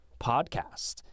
podcast